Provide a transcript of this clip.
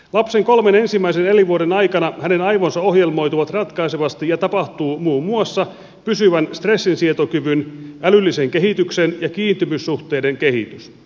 lapsen kolmen ensimmäisen elinvuoden aikana hänen aivonsa ohjelmoituvat ratkaisevasti ja tapahtuu muun muassa pysyvän stressinsietokyvyn älyllisen kehityksen ja kiintymyssuhteiden kehitys